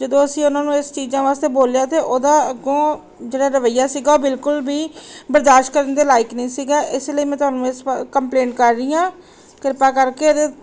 ਜਦੋਂ ਅਸੀਂ ਉਹਨਾਂ ਨੂੰ ਇਸ ਚੀਜ਼ਾਂ ਵਾਸਤੇ ਬੋਲਿਆ ਤਾਂ ਉਹਦਾ ਅੱਗੋਂ ਜਿਹੜਾ ਰਵੱਈਆ ਸੀਗਾ ਬਿਲਕੁਲ ਵੀ ਬਰਦਾਸ਼ਤ ਕਰਨ ਦੇ ਲਾਇਕ ਨਹੀਂ ਸੀਗਾ ਇਸ ਲਈ ਮੈਂ ਤੁਹਾਨੂੰ ਇਸ ਕੰਪਲੇਂਟ ਕਰ ਰਹੀ ਹਾਂ ਕਿਰਪਾ ਕਰਕੇ ਇਹਦੇ